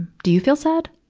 do you feel sad?